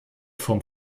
vom